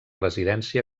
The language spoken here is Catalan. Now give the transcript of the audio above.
residència